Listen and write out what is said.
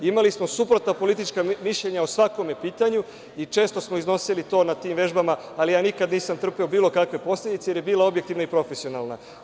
Imali smo suprotna politička mišljenja o svakom pitanju i često smo iznosili to na tim vežbama, ali ja nikada nisam trpeo bilo kakve posledice, jer je bila objektivna i profesionalna.